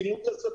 האטימות הזו,